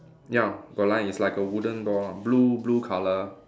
ya got line is like a wooden door ah blue blue colour